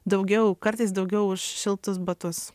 daugiau kartais daugiau už šiltus batus